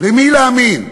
למי להאמין,